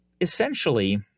essentially